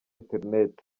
internet